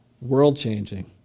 world-changing